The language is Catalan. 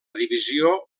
divisió